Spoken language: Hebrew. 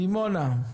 סימונה.